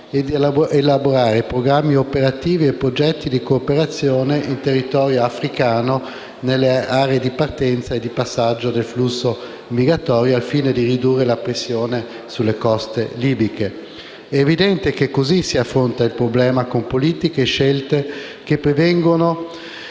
e di elaborare programmi operativi e progetti di cooperazione in territorio africano nelle aree di partenza e di passaggio del flusso migratorio, al fine di ridurre la pressione sulle coste libiche. È evidente che così si affronta il problema con politiche e scelte che prevengono